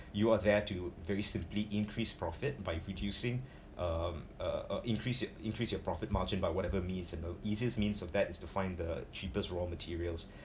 you are there to very simply increase profit by reducing um uh increase increase your profit margin by whatever means you know easiest means of that is to find the cheapest raw materials